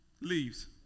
leaves